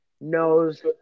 knows